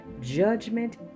judgment